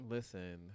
Listen